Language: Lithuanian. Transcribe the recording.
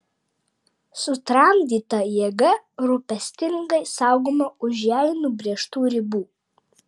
sutramdyta jėga rūpestingai saugoma už jai nubrėžtų ribų